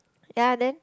ya then